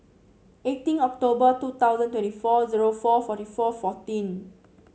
eighteen October two thousand twenty four zero four forty four fourteen